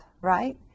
right